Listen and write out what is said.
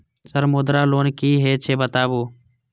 Sir Mudra loan की हे छे बताबू?